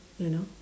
you know